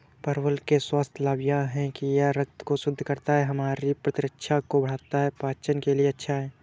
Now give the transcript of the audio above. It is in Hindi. परवल के स्वास्थ्य लाभ यह हैं कि यह रक्त को शुद्ध करता है, हमारी प्रतिरक्षा को बढ़ाता है, पाचन के लिए अच्छा है